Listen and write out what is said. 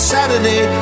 Saturday